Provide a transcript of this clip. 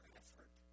effort